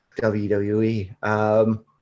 WWE